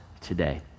today